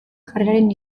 jarreraren